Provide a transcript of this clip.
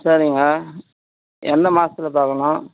சரிங்க எந்த மாதத்துல பார்க்கணும்